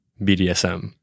BDSM